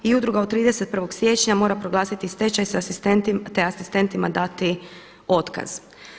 I udruga od 31. siječnja mora proglasiti stečaj te asistentima dati otkaz.